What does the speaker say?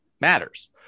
matters